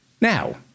Now